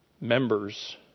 members